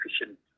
efficient